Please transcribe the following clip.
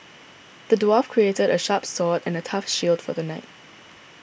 the dwarf crafted a sharp sword and a tough shield for the knight